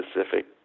specific